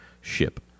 ship